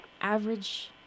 average